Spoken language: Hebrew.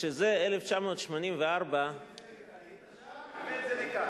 ולומר שזה "1984" היית שם והבאת את זה לכאן.